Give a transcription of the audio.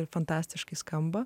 ir fantastiškai skamba